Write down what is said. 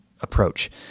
approach